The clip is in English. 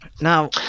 now